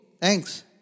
thanks